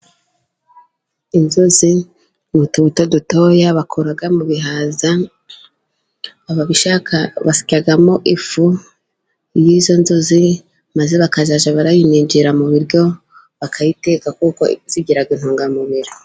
Inzuzi ni utubuto dutoya bakura mu bihaza. Ababishaka basyamo ifu y'izo nzuzi, maze bakazajya barayiminjira mu biryo, bakayiteka kuko igira intungamubiri.